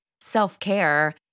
self-care